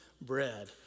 bread